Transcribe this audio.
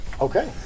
Okay